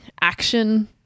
action